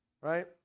right